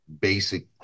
basic